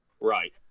right